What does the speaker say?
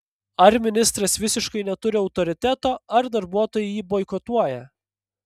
ar ministras visiškai neturi autoriteto ar darbuotojai jį boikotuoja